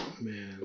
Man